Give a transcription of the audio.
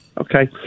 Okay